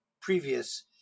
previous